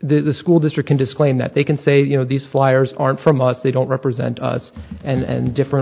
the school district in disclaim that they can say you know these fliers aren't from us they don't represent us and different